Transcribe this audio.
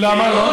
למה לא?